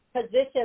position